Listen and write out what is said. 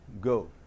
Go